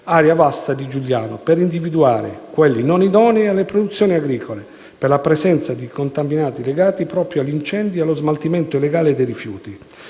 area vasta di Giugliano, per individuare quelli non idonei alle produzioni agricole, per la presenza di contaminanti legati proprio agli incendi e allo smaltimento illegale dei rifiuti.